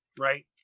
right